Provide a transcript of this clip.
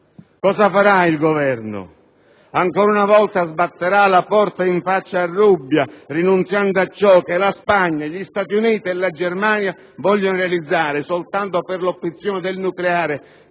cosa farà il Governo? Ancora una volta sbatterà la porta in faccia a Rubbia, rinunciando a ciò che la Spagna, gli Stati Uniti e la Germania vogliono realizzare soltanto per l'opzione del nucleare